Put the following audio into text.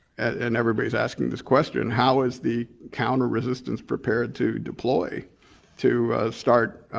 and everybody's asking this question, how is the counter resistance prepared to deploy to start